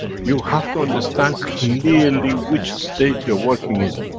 you have to understand clearly which state you are working in.